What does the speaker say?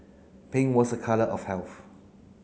pink was a colour of health